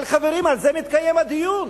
אבל, חברים, על זה מתקיים הדיון.